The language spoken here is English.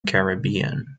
caribbean